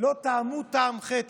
טעמו טעם חטא,